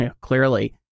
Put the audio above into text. clearly